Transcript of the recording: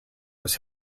was